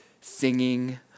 singing